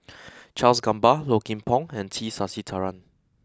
Charles Gamba Low Kim Pong and T Sasitharan